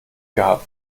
gehabt